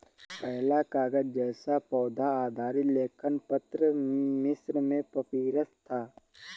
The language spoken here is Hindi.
पहला कागज़ जैसा पौधा आधारित लेखन पत्र मिस्र में पपीरस था